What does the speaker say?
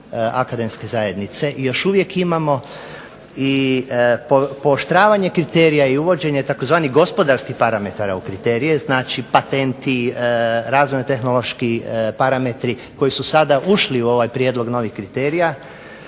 akademske zajednice i još uvijek imamo. I pooštravanje kriterija i uvođenje tzv. gospodarskih parametara u kriterije znači patentni, razvojno tehnološki parametri koji su sada ušli u ovaj prijedlog novih kriterija